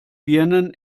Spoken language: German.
birnen